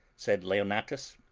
said leonatus.